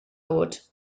oed